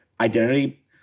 identity